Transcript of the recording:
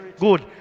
Good